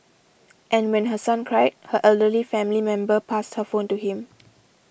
and when her son cried her elderly family member passed her phone to him